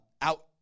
out